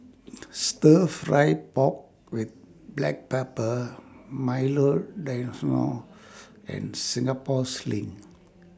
Stir Fry Pork with Black Pepper Milo and Singapore Sling